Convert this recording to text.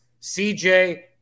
CJ